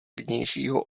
vnějšího